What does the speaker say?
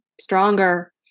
stronger